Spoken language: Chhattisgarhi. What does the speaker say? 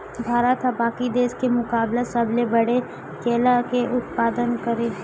भारत हा बाकि देस के मुकाबला सबले बड़े केला के उत्पादक हरे